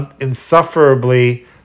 insufferably